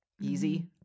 easy